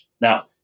Now